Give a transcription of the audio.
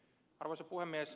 arvoisa puhemies